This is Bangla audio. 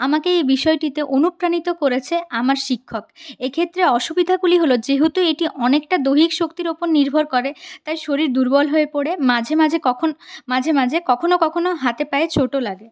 আমাকে এই বিষয়টিতে অনুপ্রাণিত করেছে আমার শিক্ষক এক্ষেত্রে অসুবিধাগুলি হল যেহেতু এটি অনেকটা দৈহিক শক্তির উপর নির্ভর করে তাই শরীর দুর্বল হয়ে পড়ে মাঝে মাঝে কখন মাঝে মাঝে কখনও কখনও হাতে পায়ে চোটও লাগে